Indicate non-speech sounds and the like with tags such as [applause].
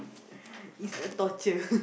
[laughs] is a torture [laughs]